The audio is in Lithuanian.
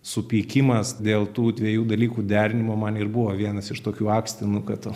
supeikimas dėl tų dviejų dalykų derinimo man ir buvo vienas iš tokių akstinų kad